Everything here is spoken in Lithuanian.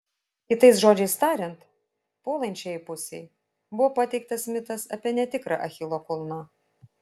kitais žodžiais tariant puolančiajai pusei buvo pateiktas mitas apie netikrą achilo kulną